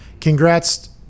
Congrats